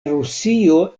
rusio